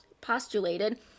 postulated